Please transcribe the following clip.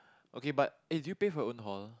okay but eh do you pay for your own hall